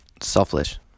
selfish